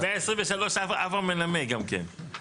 ב-23 אברהם מנמק, גם כן.